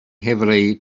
heavily